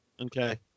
Okay